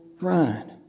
run